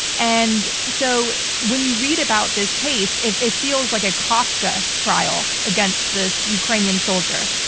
and so when you read about this case, it it feels like a kafkaesque trial against this ukrainian soldier.